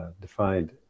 defined